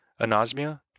anosmia